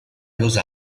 los